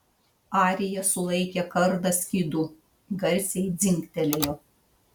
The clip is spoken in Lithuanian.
arija sulaikė kardą skydu garsiai dzingtelėjo